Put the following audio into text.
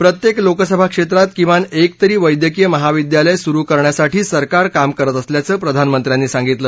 प्रत्येक लोकसभाक्षेत्रात किमान एक तरी वैद्यकीय महाविद्यालय सुरु करण्यावर सरकार काम करत असल्याचं प्रधानमंत्र्यांनी सांगितलं